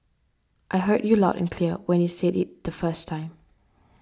I heard you loud and clear when you said it the first time